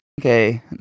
Okay